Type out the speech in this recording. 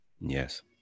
Yes